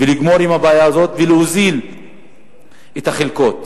ולגמור עם הבעיה הזאת ולהוזיל את החלקות.